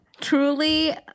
Truly